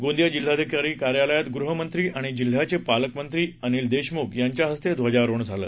गोंदिया जिल्हाधिकारी कार्यालयात गृहमंत्री आणि जिल्ह्याचे पालकमंत्री अनिल देशमुख यांच्या हस्ते ध्वजारोहण झालं